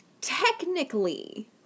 technically